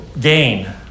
gain